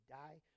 die